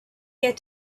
get